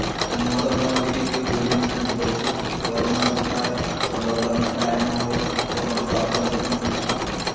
ᱟᱨ ᱱᱚᱣᱟ ᱫᱚ ᱢᱚᱡᱽ ᱞᱟᱹᱜᱤᱫ ᱜᱮ ᱦᱩᱭ ᱞᱮᱱᱟ ᱡᱮᱦᱮᱛᱩ ᱠᱚᱨᱚᱱᱟ ᱡᱚᱠᱷᱚᱡ ᱥᱮ ᱞᱚᱠᱰᱟᱣᱩᱱ ᱡᱚᱠᱷᱚᱡ ᱟᱭᱢᱟ ᱦᱚᱲ ᱠᱚᱨᱳᱱᱟ ᱛᱮᱠᱚ ᱟᱠᱠᱨᱟᱱᱛᱚᱜ ᱠᱟᱱ ᱛᱟᱦᱮᱱᱟ